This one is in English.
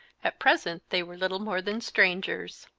at present they were little more than strangers.